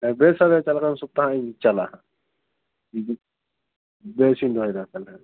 ᱦᱮᱸ ᱵᱮᱥ ᱛᱟᱦᱚᱞᱮ ᱪᱟᱞᱟᱜ ᱠᱟᱱ ᱥᱚᱯᱛᱟᱦᱚᱧ ᱪᱟᱞᱟᱜᱼᱟ ᱦᱮᱸ ᱵᱮᱥ ᱤᱧ ᱫᱚᱦᱚᱭᱮᱫᱟ ᱛᱟᱦᱚᱞᱮ